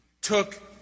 took